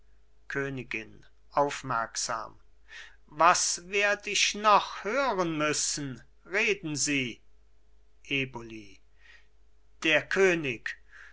königin aufmerksam was werd ich noch hören müssen reden sie eboli der könig